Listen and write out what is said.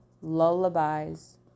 lullabies